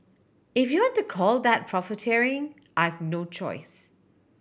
if you to call that profiteering I've no choice